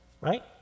Right